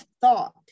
thought